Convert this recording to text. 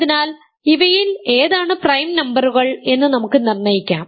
അതിനാൽ ഇവയിൽ ഏതാണ് പ്രൈം നമ്പറുകൾ എന്ന് നമുക്ക് നിർണ്ണയിക്കാം